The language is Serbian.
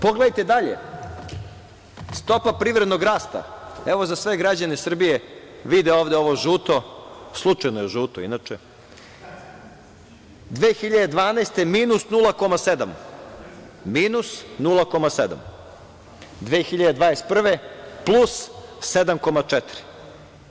Pogledajte dalje, stopa privrednog rasta, evo, za sve građane Srbije, vidite ovde ovo žuto, slučajno je žuto, inače, 2012. godine je minus 0,7%, minus 0,7%, 2021. godine – plus 7,4%